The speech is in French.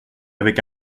avec